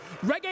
Reggae